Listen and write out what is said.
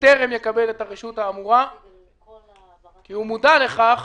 בטרם יקבל את הרשות האמורה, כי הוא מודע לכך